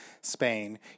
Spain